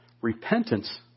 Repentance